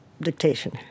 dictation